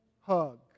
hug